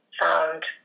found